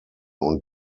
und